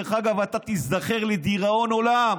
אתה תיזכר לדיראון עולם.